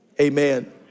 Amen